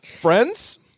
Friends